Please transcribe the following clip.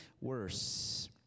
worse